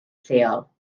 lleol